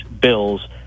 bills